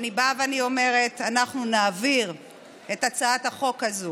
אני באה ואומרת: אנחנו נעביר את הצעת החוק הזאת